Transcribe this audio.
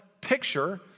picture